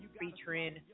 featuring